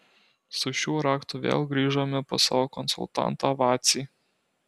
su šiuo raktu vėl grįžome pas savo konsultantą vacį